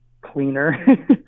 cleaner